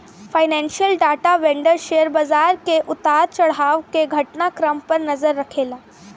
financial data vendor share बाजार के उतार चढ़ाव के घटना क्रम पर नजर रखेला